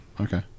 Okay